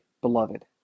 beloved